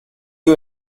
you